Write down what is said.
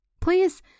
please